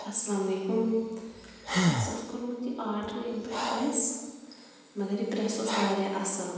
اَسلامُ علیکُم اَسہِ اوس کوٚرمُت یہِ آڈَر ییٚمہِ پٮ۪ٹھ پرٛٮ۪س مگر یہِ پرٛٮ۪س اوس واریاہ اَصٕل